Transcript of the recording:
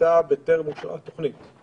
שנבנתה בטרם אושרה התוכנית.